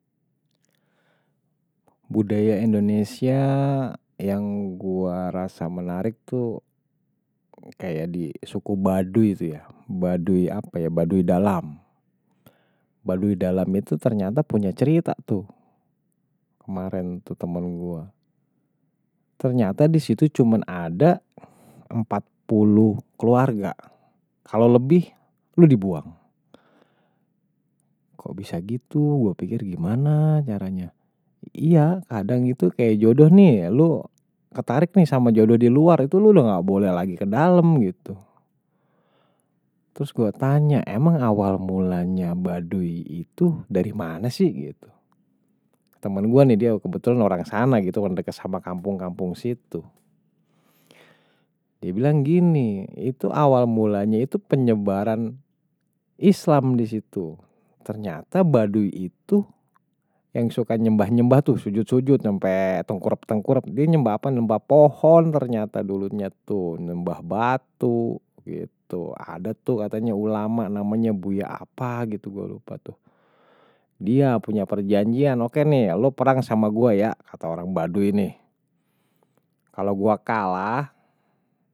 Budaya indonesia yang gue rasa menarik tuh kayak di suku baduy itu ya, baduy apa ya, baduy dalam baduy dalam itu ternyata punya cerita tuh kemarin tuh temen gue ternyata disitu cuman ada empat puluh keluarga kalo lebih, lu dibuang kok bisa gitu, gue piker, gimana caranya iya, kadang itu kayak jodoh nih, lu ketarik nih sama jodoh di luar itu lu gak boleh lagi ke dalem gitu terus gue tanya, emang awal mulanya baduy itu dari mana sih temen gue nih, dia kebetulan orang sana, kan deket sama kampung-kampung situ dia bilang gini, itu awal mulanya itu penyebaran islam disitu ternyata baduy itu. Yang suka nyembah-nyembah tuh, sujut-sujut, nyampe tengkurep terngkurep die nyembah pohon ternyata dulu tuh nyembah batu gitu ada tuh katanya ulama namanya buya apa gitu, gue lupa tuh dia punya perjanjian, oke nih lu perang sama gue ya, kata orang baduy nih kalo gue kalah.